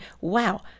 wow